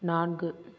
நான்கு